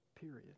period